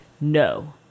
no